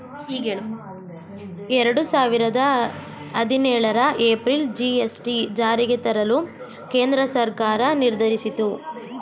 ಎರಡು ಸಾವಿರದ ಹದಿನೇಳರ ಏಪ್ರಿಲ್ ಜಿ.ಎಸ್.ಟಿ ಜಾರಿಗೆ ತರಲು ಕೇಂದ್ರ ಸರ್ಕಾರ ನಿರ್ಧರಿಸಿತು